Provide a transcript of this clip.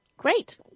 Great